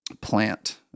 plant